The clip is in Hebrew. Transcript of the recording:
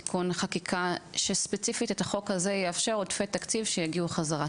תיקון חקיקה שספציפית את החוק הזה יאפשר עודפי תקציב שיגיעו חזרה.